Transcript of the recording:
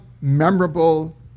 memorable